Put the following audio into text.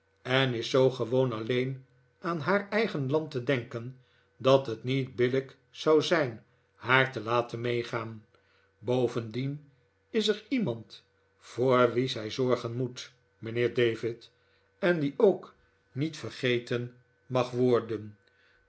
en is zoo gewoon alleen aan haar eigen land te denken dat het niet billijk zou zijn haar te laten meegaan bovendien is er iemand voor wien zij zorgen moet mijnheer david en die ook niet vergeten mag worden